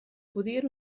podien